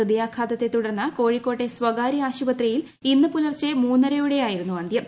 ഹൃദയാഘാതത്തെ തുടർന്ന് കോഴിക്കോട്ടെ സ്വകാര്യ ആശുപത്രിയിൽ ഇന്ന് പുലർച്ചെ മൂന്നരയോടെയായിരുന്നു അന്ത്യം